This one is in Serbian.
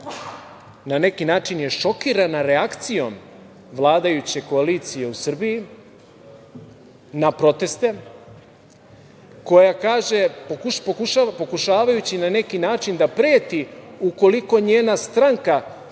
na neki način šokirana reakcijom vladajuće koalicije u Srbiji na proteste, pokušavajući na neki način da preti ukoliko njena stranka